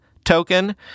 token